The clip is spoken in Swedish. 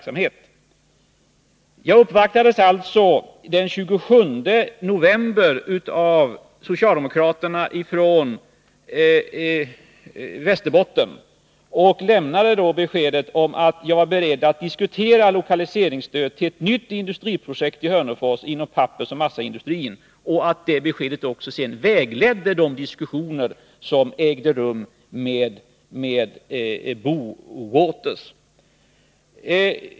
Som jag sade uppvaktades jag den 27 november av socialdemokraterna från Västerbotten, och jag lämnade då beskedet att jag var beredd att diskutera lokaliseringsstöd till ett nytt projekt i Hörnefors inom pappersoch massaindustrin. Det beskedet vägledde alltså de diskussioner som sedan ägde rum med Bowater.